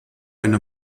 eine